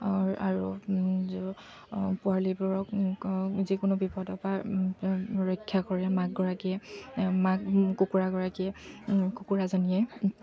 আৰু পোৱালিবোৰক যিকোনো বিপদৰপৰা ৰক্ষা কৰে মাকগৰাকীয়ে মাক কুকুৰাগৰাকীয়ে কুকুৰাজনীয়ে